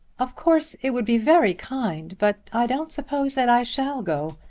of course it would be very kind but i don't suppose that i shall go.